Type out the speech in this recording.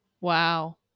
wow